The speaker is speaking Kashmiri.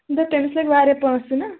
دَپ تٔمِس لٔگۍ واریاہ پونٛسہٕ نہ